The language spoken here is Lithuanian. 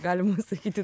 galima sakyti